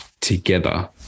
together